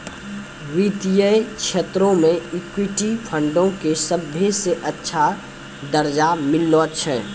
वित्तीय क्षेत्रो मे इक्विटी फंडो के सभ्भे से अच्छा दरजा मिललो छै